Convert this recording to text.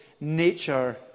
nature